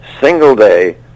single-day